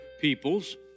peoples